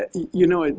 ah you know,